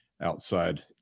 outside